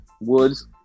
Woods